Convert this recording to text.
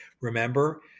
remember